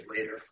later